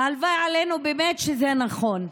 והלוואי עלינו שזה באמת נכון.